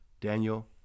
daniel